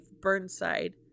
Burnside